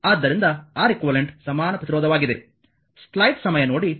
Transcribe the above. ಆದ್ದರಿಂದ Req ಸಮಾನ ಪ್ರತಿರೋಧವಾಗಿದೆ